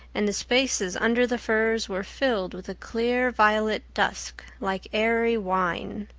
and the spaces under the firs were filled with a clear violet dusk like airy wine.